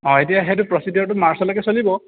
অঁ এতিয়া সেইটো প্ৰচিডিঅ'ৰটো মাৰ্চলৈকে চলিব